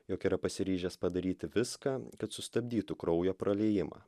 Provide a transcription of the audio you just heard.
jog yra pasiryžęs padaryti viską kad sustabdytų kraujo praliejimą